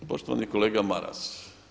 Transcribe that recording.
Poštovani kolega Maras.